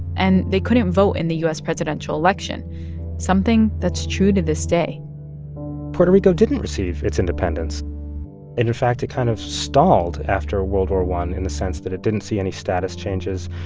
and they couldn't vote in the u s. presidential election something that's true to this day puerto rico didn't receive its independence, and in fact, it kind of stalled after world war i in the sense that it didn't see any status changes.